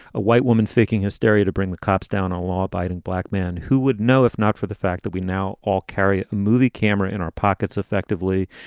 a white woman faking hysteria to bring the cops down, a law abiding black man who would know if not for the fact that we now all carry a movie camera in our pockets effectively.